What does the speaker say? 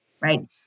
right